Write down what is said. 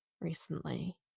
recently